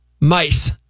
Mice